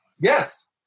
Yes